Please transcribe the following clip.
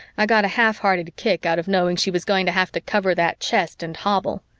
i got a half-hearted kick out of knowing she was going to have to cover that chest and hobble.